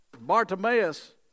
Bartimaeus